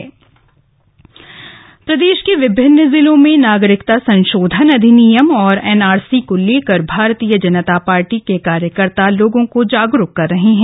CAA Dehradun प्रदेश के विभिन्न जिलों में नागरिकता संशोधन अधिनियम और एनआरसी को लेकर भारतीय जनता पार्टी के कार्यकर्ता लोगों को जागरूक कर रहे हैं